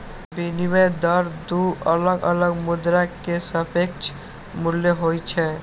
विनिमय दर दू अलग अलग मुद्रा के सापेक्ष मूल्य होइ छै